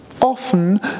Often